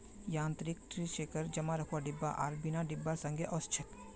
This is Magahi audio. यांत्रिक ट्री शेकर जमा रखवार डिब्बा आर बिना डिब्बार संगे ओसछेक